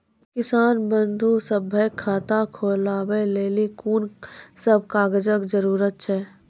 किसान बंधु सभहक खाता खोलाबै मे कून सभ कागजक जरूरत छै?